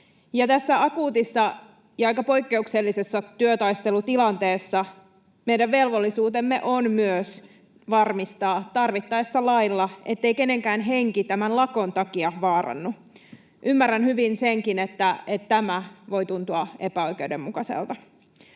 tässä akuutissa ja aika poikkeuksellisessa työtaistelutilanteessa meidän velvollisuutemme on myös varmistaa tarvittaessa lailla, ettei kenenkään henki tämän lakon takia vaarannu. Ymmärrän hyvin senkin, että tämä voi tuntua epäoikeudenmukaiselta.